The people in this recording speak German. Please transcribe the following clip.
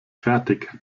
fertig